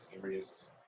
serious